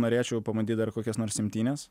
norėčiau pabandyt dar kokias nors imtynes